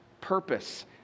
purpose